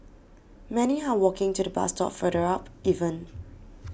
many are walking to the bus stop further up even